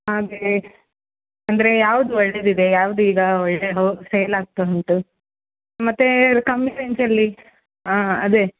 ಹಾಗೇ ಅಂದರೆ ಯಾವ್ದು ಒಳ್ಳೆಯದಿದೆ ಯಾವ್ದು ಈಗ ಒಳ್ಳೆಯದು ಸೇಲ್ ಆಗ್ತಾ ಉಂಟು ಮತ್ತು ಅದು ಕಮ್ಮಿ ರೇಂಜಲ್ಲಿ ಹಾಂ ಅದೆ